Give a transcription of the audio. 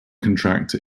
contractor